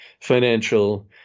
Financial